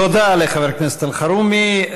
תודה לחבר הכנסת אלחרומי.